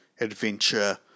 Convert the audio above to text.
adventure